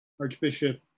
Archbishop